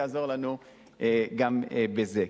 יעזור לנו גם בזה.